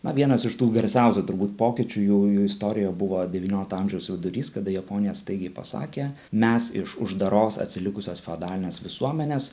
na vienas iš tų garsiausių turbūt pokyčių jų jų istorijoje buvo devyniolikto amžiaus vidurys kada japonija staigiai pasakė mes iš uždaros atsilikusios feodalinės visuomenės